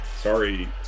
Sorry